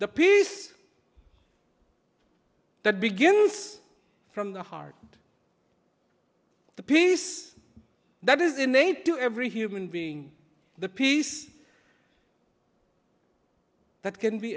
the peace that begins from the heart the peace that is innate to every human being the peace that can be